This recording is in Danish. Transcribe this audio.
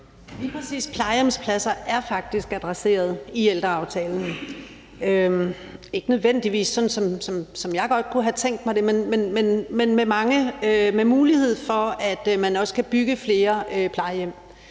Lige præcis plejehjemspladser er faktisk adresseret i ældreaftalen – ikke nødvendigvis sådan, som jeg godt kunne have tænkt mig det, men med mulighed for, at man også kan bygge flere plejehjem.